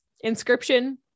Inscription